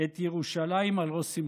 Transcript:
את ירושלים על ראש שמחתם.